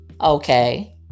okay